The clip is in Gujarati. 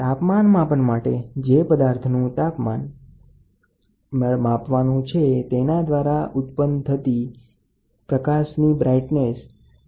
તાપમાન માપન માટે જે પદાર્થ નું તાપમાન માપવાનું છે તે અજાણ સ્રોત કે ગરમ પદાર્થ દ્વારા ઉત્પન્ન થતા તેજને બલ્બના તેજ સાથે સરખાવવામાં આવે છે